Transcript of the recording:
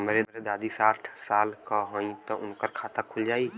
हमरे दादी साढ़ साल क हइ त उनकर खाता खुल जाई?